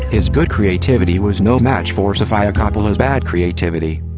his good creativity was no match for sofia coppola's bad creativity.